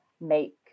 make